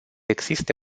existe